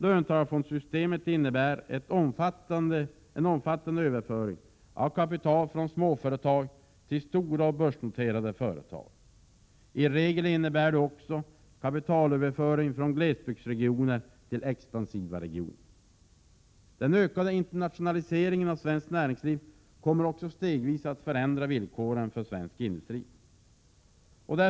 Löntagarfondssystemet innebär en omfattande överföring av kapital från småföretag till stora och börsnoterade företag. I regel innebär det också kapitalöverföring från glesbygdsregioner till expansiva — Prot. 1987/88:115 regioner. S maj 1988 Den ökande internationaliseringen av svenskt näringsliv kommer stegvis att förändra villkoren för svensk industri.